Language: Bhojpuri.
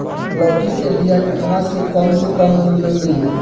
लौकी के बिया कहवा से कम से कम मूल्य मे मिली?